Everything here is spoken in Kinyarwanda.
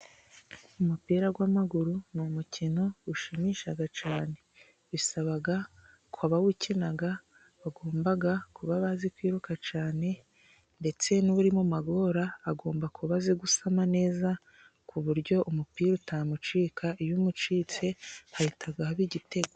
Umupira w'amaguru ni umukino ushimisha cyane bisaba ko abawukina bagomba kuba bazi kwiruka cyane ndetse n'uri mu magora agomba kuba azi gusama neza, ku buryo umupira utamucika iyo umucitse hahita haba igitego.